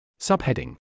Subheading